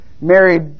married